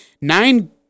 Nine